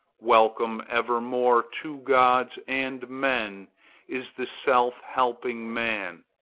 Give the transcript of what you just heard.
welcome evermore to gods and men is the self-helping man.